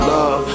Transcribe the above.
Love